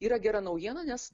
yra gera naujiena nes